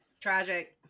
Tragic